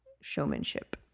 showmanship